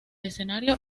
escenario